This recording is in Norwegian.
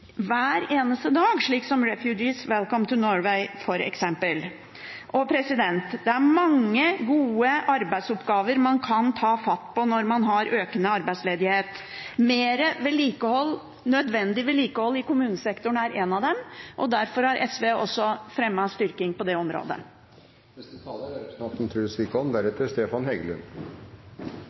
hver eneste dag, slik som Refugees Welcome to Norway, f.eks. Det er mange gode arbeidsoppgaver man kan ta fatt på når man har økende arbeidsledighet. Mer vedlikehold, nødvendig vedlikehold, i kommunesektoren er en av dem, og derfor har SV også fremmet en styrking av det området. Jeg tror det i høyden er